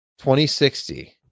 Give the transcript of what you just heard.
2060